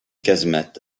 casemate